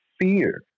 fear